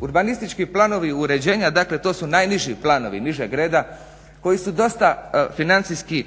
Urbanistički planovi uređenja dakle to su najniži planovi nižeg reda koji su dosta financijski